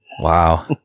Wow